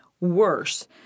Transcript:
worse